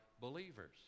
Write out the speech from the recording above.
believers